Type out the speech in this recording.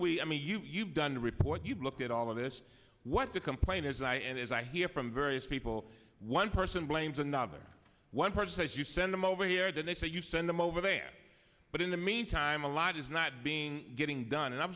we i mean you've done your report you've looked at all of this what the complaint is i and as i hear from various people one person blames another one person says you send them over here and they say you send them over there but in the meantime a lot is not being getting done and i'm